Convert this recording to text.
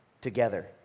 together